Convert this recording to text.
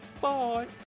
Bye